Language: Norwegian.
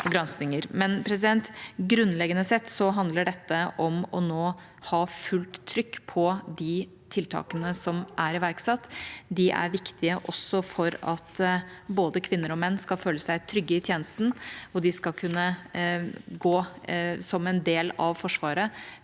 Grunnleggende sett handler dette om å ha fullt trykk på de tiltakene som er iverksatt nå. De er viktige for at både kvinner og menn skal føle seg trygge i tjenesten, og for at de skal kunne gå som en del av Forsvaret